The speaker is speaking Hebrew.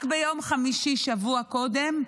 רק ביום חמישי, שבוע קודם,